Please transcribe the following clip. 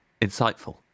Insightful